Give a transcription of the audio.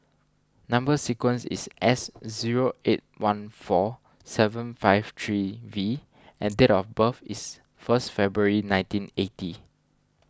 Number Sequence is S zero eight one four seven five three V and date of birth is first February nineteen eighty